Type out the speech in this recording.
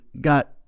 got